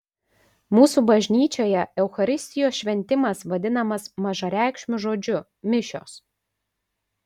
mūsų bažnyčioje eucharistijos šventimas vadinamas mažareikšmiu žodžiu mišios